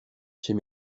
chez